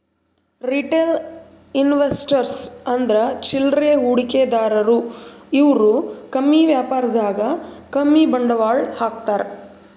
retail investors ಅಂದ್ರ ಚಿಲ್ಲರೆ ಹೂಡಿಕೆದಾರು ಇವ್ರು ಕಮ್ಮಿ ವ್ಯಾಪಾರದಾಗ್ ಕಮ್ಮಿ ಬಂಡವಾಳ್ ಹಾಕ್ತಾರ್